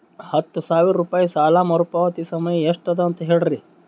ಹತ್ತು ಸಾವಿರ ರೂಪಾಯಿ ಸಾಲ ಮರುಪಾವತಿ ಸಮಯ ಎಷ್ಟ ಅದ ಅಂತ ಹೇಳರಿ?